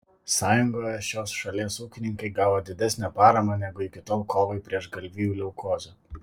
sąjungoje šios šalies ūkininkai gavo didesnę paramą negu iki tol kovai prieš galvijų leukozę